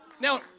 Now